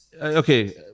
okay